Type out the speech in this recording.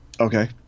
okay